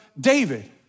David